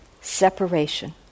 Separation